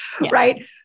Right